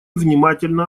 внимательно